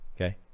Okay